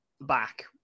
back